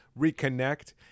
reconnect